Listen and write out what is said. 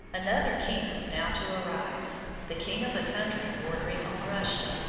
another king was now to arise the king of a country bordering on russia,